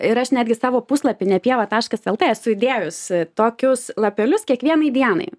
ir aš netgi savo puslapy ne pieva taškas lt esu įdėjus tokius lapelius kiekvienai dienai